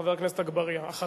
חבר הכנסת אגבאריה.